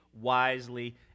wisely